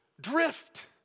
drift